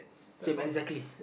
same exactly